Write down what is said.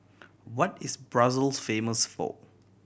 what is Brussels famous for